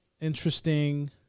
interesting